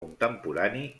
contemporani